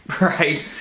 right